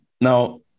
Now